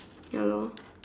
ya lor